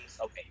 Okay